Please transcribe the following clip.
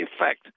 effect